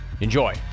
Enjoy